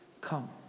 come